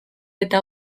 eta